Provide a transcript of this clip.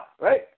right